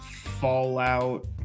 Fallout